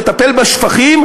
לטפל בשפכים,